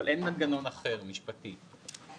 אבל אין מנגנון משפטי אחר.